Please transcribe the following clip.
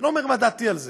אני לא אומר מה דעתי על זה,